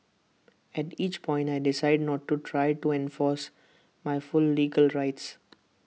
at each point I decided not to try to enforce my full legal rights